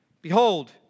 Behold